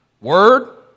Word